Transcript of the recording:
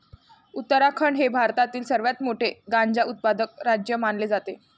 उत्तराखंड हे भारतातील सर्वात मोठे गांजा उत्पादक राज्य मानले जाते